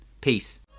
Peace